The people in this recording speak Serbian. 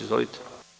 Izvolite.